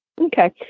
Okay